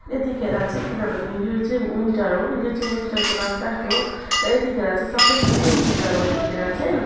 यतिखेर चाहिँ किनभने यो चाहिँ विन्टर हो यो चाहिँ विन्टरको लास्ट लास्ट हो र यतिखेर चाहिँ सबै फुल्ने सिजन हो यतिखेर चाहिँ